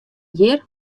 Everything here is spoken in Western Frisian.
hjir